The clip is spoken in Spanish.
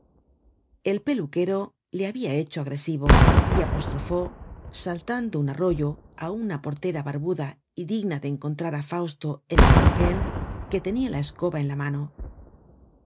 el peluquero le habia hecho agresivo y apostrofó saltando un arroyo á una portera barbuda y digna de encontrar á fausto en el brocken que tenia la escoba en la mano